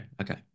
okay